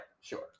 Sure